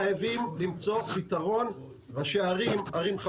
חייבים למצוא פתרון, ראשי ערים, ערים חדשות.